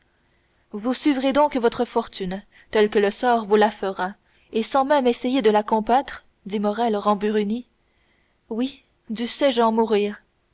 vous suivrez donc votre fortune telle que le sort vous le fera et sans même essayer de la combattre dit morrel rembruni oui dussé-je en mourir